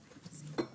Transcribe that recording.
בזום.